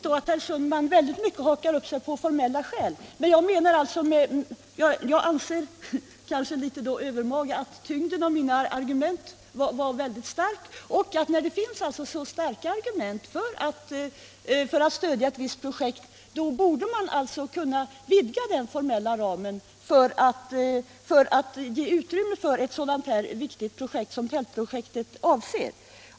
Herr talman! Det är tydligt att herr Sundman hakar upp sig på formella skäl. Jag anser emellertid — kanske litet övermaga — att mina argument har mycket stor tyngd. När det finns så starka argument för att stödja ett visst projekt borde man kunna vidga den formella ramen för att ge utrymme för ett så viktigt projekt som Tältprojektet.